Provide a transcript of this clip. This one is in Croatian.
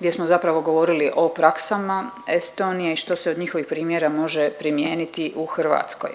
gdje smo zapravo govorili o praksama Estonije i što se od njihovih primjera može primijeniti u Hrvatskoj.